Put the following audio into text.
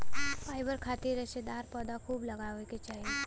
fibre खातिर रेशेदार पौधा खूब लगावे के चाही